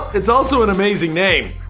it's also an amazing name.